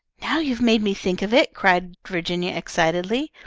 now you've made me think of it, cried virginia, excitedly.